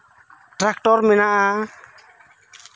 tractor ᱢᱮᱱᱟᱜᱼᱟ